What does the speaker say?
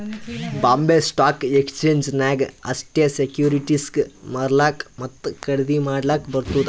Bombay stock exchange ನಾಗ್ ಅಷ್ಟೇ ಸೆಕ್ಯೂರಿಟಿಸ್ಗ್ ಮಾರ್ಲಾಕ್ ಮತ್ತ ಖರ್ದಿ ಮಾಡ್ಲಕ್ ಬರ್ತುದ್